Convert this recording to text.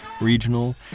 regional